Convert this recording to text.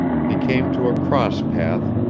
he came to a cross path,